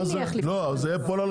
לא, זה ייפול על